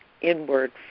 inward